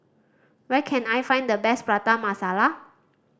where can I find the best Prata Masala